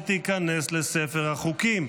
ותיכנס לספר החוקים.